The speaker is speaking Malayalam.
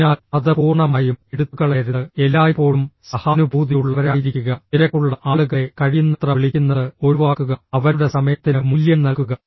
അതിനാൽ അത് പൂർണ്ണമായും എടുത്തുകളയരുത് എല്ലായ്പ്പോഴും സഹാനുഭൂതിയുള്ളവരായിരിക്കുക തിരക്കുള്ള ആളുകളെ കഴിയുന്നത്ര വിളിക്കുന്നത് ഒഴിവാക്കുക അവരുടെ സമയത്തിന് മൂല്യം നൽകുക